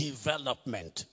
Development